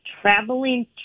traveling